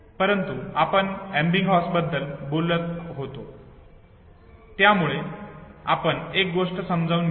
परंतु आपण एबिंगहॉस बद्दल बोलत होतो त्यामुळे आपण एक गोष्ट समजून घेऊ या